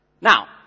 Now